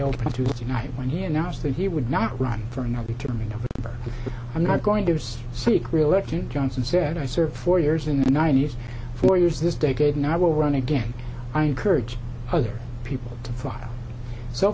while tuesday night when he announced that he would not run for another term in office i'm not going to use seek reelection johnson said i served four years in the ninety's four years this decade and i will run again i encourage other people to fly so